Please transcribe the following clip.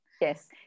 Yes